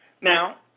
Now